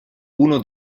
uno